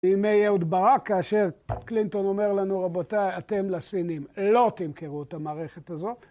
ימי אהוד ברק, כאשר קלינטון אומר לנו: רבותיי, אתם לסינים, לא תמכרו את המערכת הזאת.